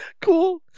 Cool